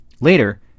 Later